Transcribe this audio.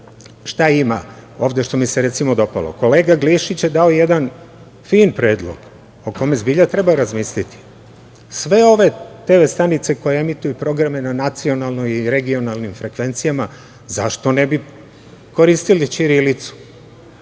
šta ima, ovde što mi se recimo dopalo. Kolega Glišić je dao jedan fin predlog, o kome zbilja treba razmisliti, sve ove TV stanice koje emituju programe na nacionalnim i regionalnim frekvencijama, zašto ne bi koristile ćirilicu.